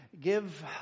give